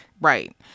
Right